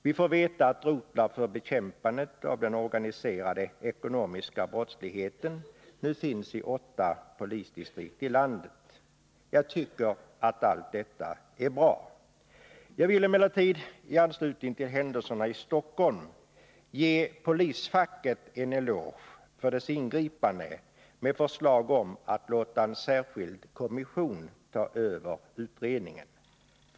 Vi får veta att rotlar för bekämpandet av den organiserade ekonomiska brottsligheten nu finns i åtta polisdistrikt i landet. Jag tycker att allt detta är bra. Jag vill emellertid —i anslutning till händelserna i Stockholm — ge polisfacket en eloge för dess ingripande med förslag om att låta en särskild kommission ta över utredningen.